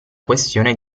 questione